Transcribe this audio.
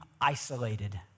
isolated